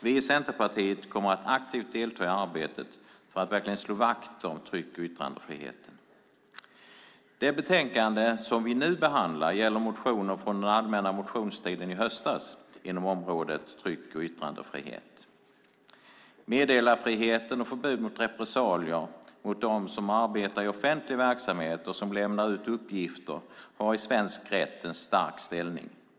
Vi i Centerpartiet kommer att aktivt delta i arbetet för att slå vakt om tryck och yttrandefriheten. Det betänkande vi nu behandlar gäller motioner från den allmänna motionstiden i höstas inom området tryck och yttrandefrihet. Meddelarfriheten och förbud mot repressalier mot dem som i offentlig verksamhet lämnar ut uppgifter har i svensk rätt en stark ställning.